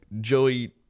Joey